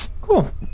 Cool